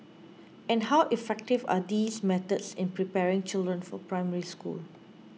and how effective are these methods in preparing children for Primary School